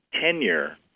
tenure